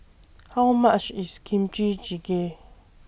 How much IS Kimchi Jjigae